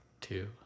Two